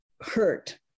hurt